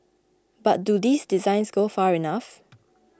but do these designs go far enough